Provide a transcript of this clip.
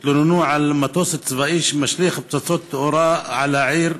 התלוננו על מטוס צבאי שמשליך פצצות תאורה על העיר.